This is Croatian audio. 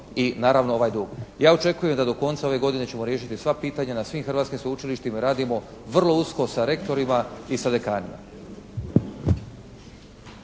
i naravno ovaj dug. Ja očekujem da do konca ove godine ćemo riješiti sva pitanja na svim hrvatskim sveučilištima i radimo vrlo usko sa rektorima i dekanima.